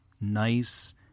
nice